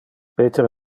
peter